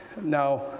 Now